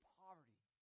poverty